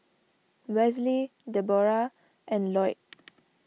Wesley Deborah and Loyd